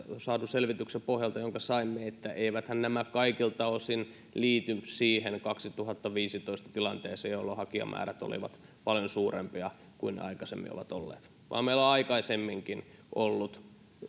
sen selvityksen pohjalta jonka saimme että eiväthän nämä kaikilta osin liity siihen vuoden kaksituhattaviisitoista tilanteeseen jolloin hakijamäärät olivat paljon suurempia kuin ne aikaisemmin ovat olleet vaan meillä on aikaisemminkin ollut